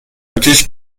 مراکش